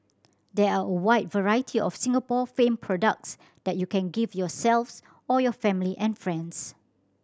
there are a wide variety of Singapore famed products that you can gift yourselves or your family and friends